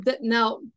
Now